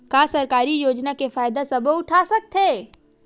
का सरकारी योजना के फ़ायदा सबो उठा सकथे?